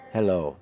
Hello